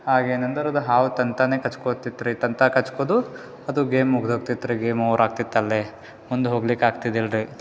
ಆಗೇನಂದ್ರೆ ಅದು ಹಾವು ತಂತಾನೆ ಕಚ್ಕೋತಿತ್ತು ರೀ ತಂತಾ ಕಚ್ಕೋದು ಅದು ಗೇಮ್ ಮುಗಿದೋಗ್ತಿತ್ತು ರೀ ಗೇಮ್ ಓವರ್ ಆಗ್ತಿತ್ತು ಅಲ್ಲೇ ಮುಂದೆ ಹೋಗ್ಲಿಕ್ಕೆ ಆಗ್ತಿದ್ದಿಲ್ರಿ